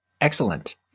Excellent